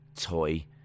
toy